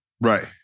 Right